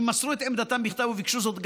ואם מסרו את עמדתם בכתב וביקשו זאת,